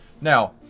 Now